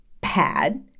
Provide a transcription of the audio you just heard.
Pad